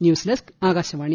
news desk Akashvani